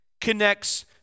connects